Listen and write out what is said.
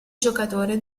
giocatore